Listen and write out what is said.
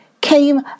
came